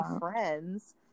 friends